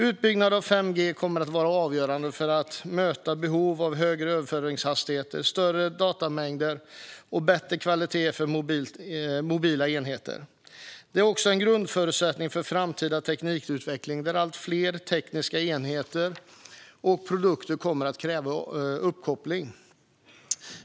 Utbyggnaden av 5G kommer att vara avgörande för att möta behovet av högre överföringshastigheter, större datamängder och bättre kvalitet för mobila enheter. Det är också en grundförutsättning för framtida teknikutveckling där allt fler tekniska enheter och produkter kommer att kräva uppkoppling.